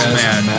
man